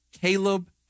Caleb